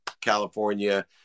California